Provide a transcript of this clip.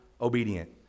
obedient